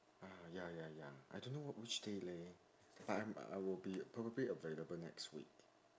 ah ya ya ya I don't know which day leh but I'm I will be probably available next week